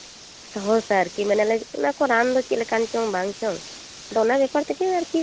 ᱵᱟᱞᱮ ᱥᱟᱸᱦᱚᱥᱟ ᱟᱨᱠᱤ ᱢᱟᱱᱮ ᱚᱱᱟ ᱠᱚ ᱨᱟᱱ ᱫᱚ ᱪᱮᱫᱞᱮᱠᱟᱱ ᱪᱚᱝ ᱵᱟᱝ ᱪᱚᱝ ᱟᱫᱚ ᱚᱱᱟ ᱞᱮᱠᱟᱛᱮᱜᱮ ᱟᱨᱠᱤ